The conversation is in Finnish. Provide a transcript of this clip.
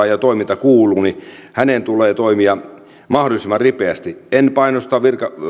ja toiminta kuuluu tulee toimia mahdollisimman ripeästi en painosta